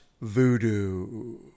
Voodoo